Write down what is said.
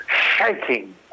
shaking